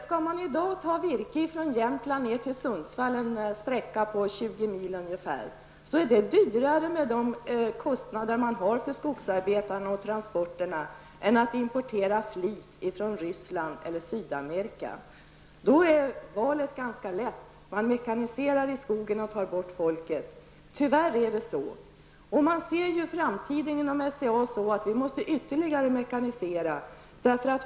Skall man i dag ta virke från Jämtland ner till Sundsvall, en sträcka på ungefär 20 mil, är det med de kostnader som man har för skogsarbetarna och transporterna dyrare än att importera flis från Ryssland eller Sydamerika. Då är valet ganska lätt. Man mekaniserar i skogen och tar bort folket. Tyvärr är det så. Inom SCA ser man framtiden så att man ytterligare måste mekanisera.